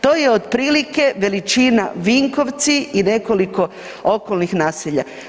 To je otprilike veličina Vinkovci i nekoliko okolnih naselja.